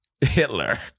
Hitler